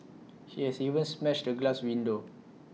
he has even smashed A glass window